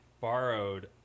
borrowed